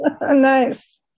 Nice